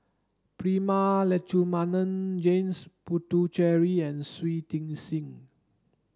Prema Letchumanan James Puthucheary and Shui Tit Sing